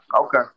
Okay